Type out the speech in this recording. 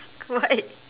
why